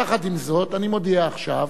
יחד עם זאת, אני מודיע עכשיו,